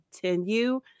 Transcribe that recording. continue